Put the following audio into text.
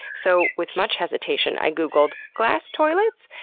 so with much hesitation i googled glass toilets?